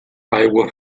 aigua